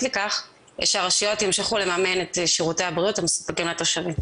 לכך שהרשויות ימשיכו לממן את שירותי הבריאות המסופקים לתושבים.